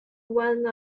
one